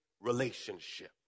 relationship